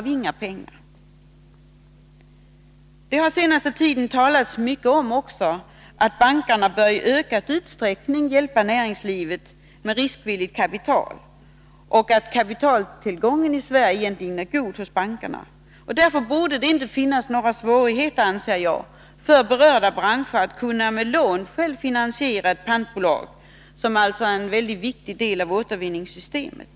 Det har under den senaste tiden också talats mycket om att bankerna i ökad utsträckning bör hjälpa näringslivet med riskvilligt kapital samt att kapitaltillgången för bankerna egentligen är god i Sverige. Därför borde det enligt min mening inte finnas några svårigheter för berörda branscher att med lån självfinansiera ett pantbolag som är en nödvändig del av återvinningssystemet.